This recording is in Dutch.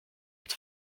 het